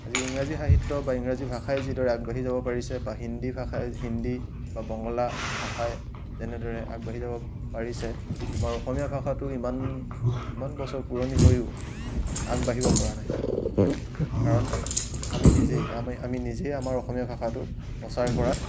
আজি ইংৰাজী সাহিত্য বা ইংৰাজী ভাষাই যিদৰে আগবাঢ়ি যাব পাৰিছে বা হিন্দী ভাষাই হিন্দী বা বঙলা ভাষাই যেনেদৰে আগবাঢ়ি যাব পাৰিছে আমাৰ অসমীয়া ভাষাটো ইমান ইমান বছৰ পুৰণি হৈয়ো আগবাঢ়িব পৰা নাই কাৰণ আমি নিজেই আমি আমি নিজেই আমাৰ অসমীয়া ভাষাটো প্ৰচাৰ কৰাত